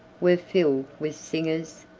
were filled with singers,